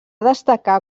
destacar